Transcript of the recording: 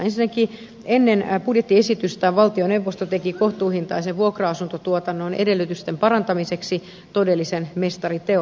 ensinnäkin ennen budjettiesitystä valtioneuvosto teki kohtuuhintaisen vuokra asuntotuotannon edellytysten parantamiseksi todellisen mestariteon